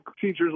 teachers